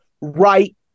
right